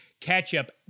Ketchup